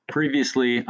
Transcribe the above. previously